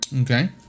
Okay